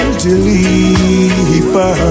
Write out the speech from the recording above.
deliver